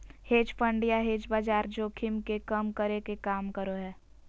hedge fund या hedge बाजार जोखिम के कम करे के काम करो हय